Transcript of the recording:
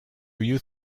you